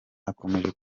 akomeje